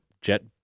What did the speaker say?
jet